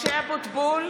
משה אבוטבול,